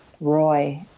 Roy